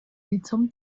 лицом